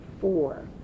four